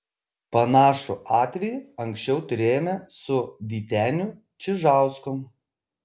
panašų atvejį anksčiau turėjome su vyteniu čižausku